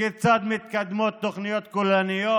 כיצד מתקדמות תוכניות כוללניות,